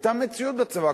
היתה מציאות בצבא.